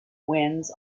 winds